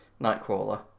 Nightcrawler